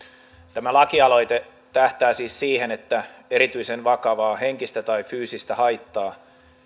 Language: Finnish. tämä lakialoite tähtää siis siihen että erityisen vakavaa henkistä tai fyysistä haittaa